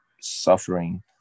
suffering